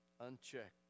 unchecked